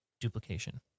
duplication